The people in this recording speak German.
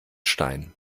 stein